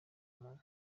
muntu